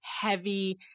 heavy